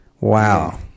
Wow